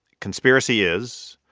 conspiracy is.